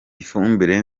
ifumbire